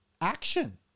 action